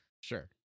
Sure